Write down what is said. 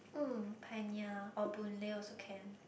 mm Pioneer or Boon-Lay also can